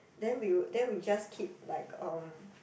then we would then we just keep like um